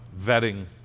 vetting